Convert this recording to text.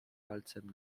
palcem